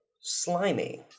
slimy